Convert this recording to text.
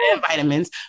vitamins